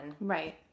Right